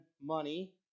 money